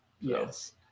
yes